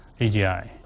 AGI